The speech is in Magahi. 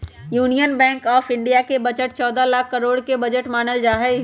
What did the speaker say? यूनियन बैंक आफ इन्डिया के बजट चौदह लाख करोड के बजट मानल जाहई